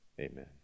Amen